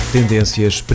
Tendências